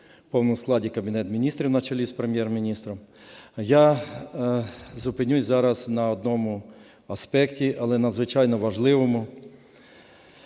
в повному складі Кабінет Міністрів на чолі з Прем'єр-міністром. Я зупинюсь зараз на одному аспекті, але надзвичайно важливому.